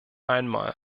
einmal